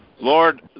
Lord